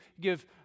give